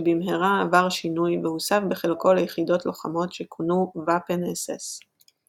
שבמהרה עבר שינוי והוסב בחלקו ליחידות לוחמות שכונו ואפן אס אס.